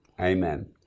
Amen